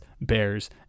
Bears